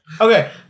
Okay